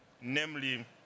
namely